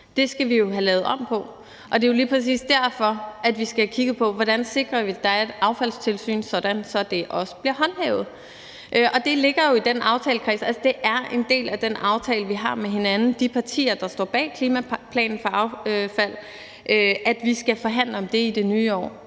Det skal vi have lavet om på, og det er jo lige præcis derfor, vi skal have kigget på, hvordan vi sikrer, at der er et affaldstilsyn, sådan at det også bliver håndhævet. Og det ligger jo i den aftalekreds. Altså, det er en del af den aftale, vi har med hinanden – de partier, der står bag klimaplanen for affald – at vi skal forhandle om det i det nye år.